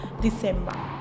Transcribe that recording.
December